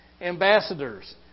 ambassadors